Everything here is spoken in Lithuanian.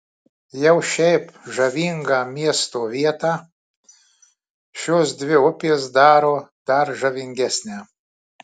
jau šiaip žavingą miesto vietą šios dvi upės daro dar žavingesnę